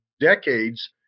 decades